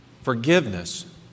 forgiveness